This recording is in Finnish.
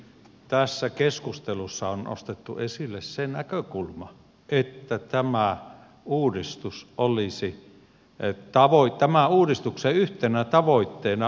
tässä keskustelussa on nostettu esille se näkökulma että tämä uudistus olisi eri tavoin tämän uudistuksen yhtenä tavoitteena olisivat kuntaliitokset